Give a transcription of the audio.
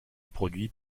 produit